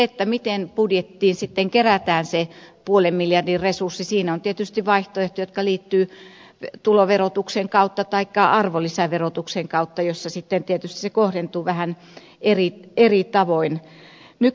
siinä miten budjettiin sitten kerätään se puolen miljardin resurssi on tietysti vaihtoehtoja jotka liittyvät tuloverotukseen taikka arvonlisäverotukseen joissa sitten tietysti se kohdentuu vähän eri tavoin